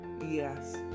Yes